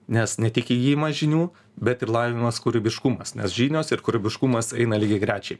nes ne tik įgijimas žinių bet ir lavinamas kūrybiškumas nes žinios ir kūrybiškumas eina lygiagrečiai